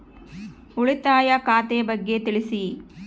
ಉಳಿತಾಯ ಖಾತೆ ಬಗ್ಗೆ ತಿಳಿಸಿ?